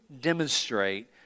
demonstrate